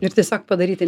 ir tiesiog padaryti